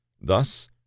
thus